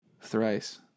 Thrice